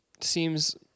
seems